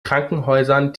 krankenhäusern